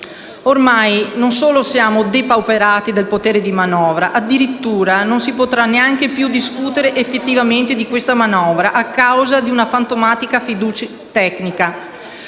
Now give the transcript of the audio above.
Ormai non solo siamo depauperati del potere di manovra, ma addirittura non si potrà neanche più discutere effettivamente di questa manovra a causa di una fantomatica fiducia tecnica,